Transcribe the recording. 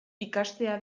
ikastea